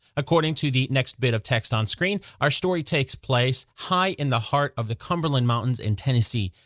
according to the next bit of text on screen, our story takes place high in the heart of the cumberland mountains in tennessee.